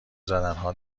زدنها